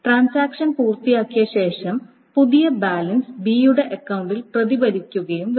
transaction പൂർത്തിയാക്കിയ ശേഷം പുതിയ ബാലൻസ് ബി യുടെ അക്കൌണ്ടിൽ പ്രതിഫലിക്കുകയും വേണം